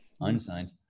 Unsigned